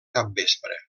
capvespre